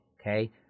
okay